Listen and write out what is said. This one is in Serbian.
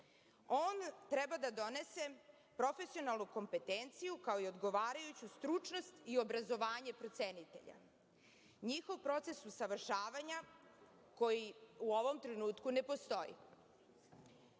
On treba da donese profesionalnu kompetenciju, kao i odgovarajuću stručnost i obrazovanje procenitelja, njihov proces usavršavanja, koji u ovom trenutku ne postoji.